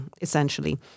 essentially